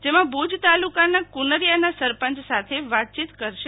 જેમાં ભુજ તાલુકાના કુનરીયાના સરપંચ સાથે વાતચીત કરશે